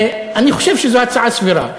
אני חושב שזו הצעה סבירה.